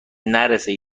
نرسه